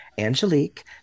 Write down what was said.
Angelique